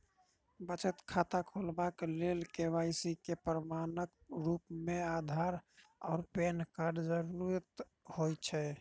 बचत खाता खोलेबाक लेल के.वाई.सी केँ प्रमाणक रूप मेँ अधार आ पैन कार्डक जरूरत होइ छै